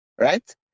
right